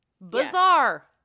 bizarre